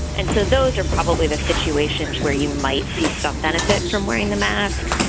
and so those are probably the situations where you might see some benefit from wearing the mask.